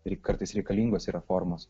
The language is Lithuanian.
ir kartais reikalingos yra formos